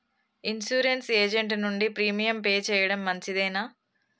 Insurance agent నుండి premium pay చేయడం మంచిదేనా?